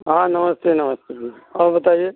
हाँ नमस्ते नमस्ते और बताइए